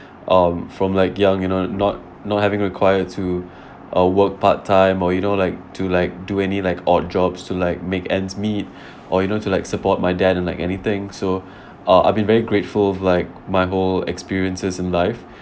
um from like young you know not not having required to uh work part time or you know like to like do any like odd jobs to like make ends meet or you know to like support my dad in like anything so uh I've been very grateful of like my whole experiences in life